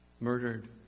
murdered